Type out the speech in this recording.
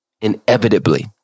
inevitably